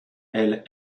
elle